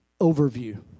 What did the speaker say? overview